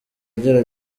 agira